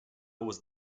was